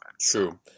True